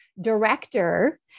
director